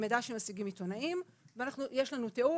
מידע שמשיגים עיתונאים ויש לנו תיעוד,